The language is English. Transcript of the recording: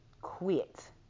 quit